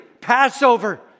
Passover